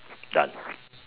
done